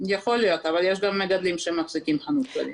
יכול להיות אבל יש גם מגדלים שמחזיקים חנות כלבים.